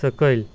सकयल